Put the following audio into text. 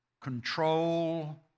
control